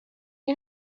you